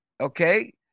Okay